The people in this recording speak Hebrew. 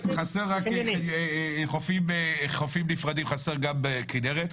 -- חופים נפרדים חסרים גם בכינרת,